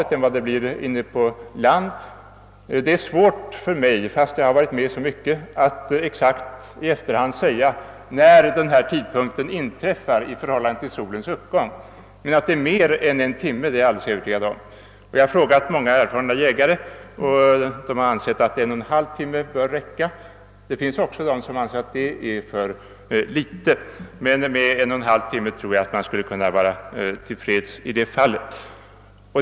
Fastän jag varit med så mycket är det svårt för mig att i efterhand exakt säga när den här tidpunkten inträffar i förhållande till solens uppgång, men jag är alldeles säker på att det rör sig om mer än en timme — jag har frågat många erfarna jägare som ansett att en och en halv timme bör räcka. Det finns också jägare som anser att den tiden är för liten, men jag tror att man skulle kunna vara till freds med en och en halv timme i detta fall.